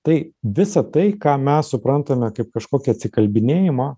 tai visa tai ką mes suprantame kaip kažkokį atsikalbinėjimą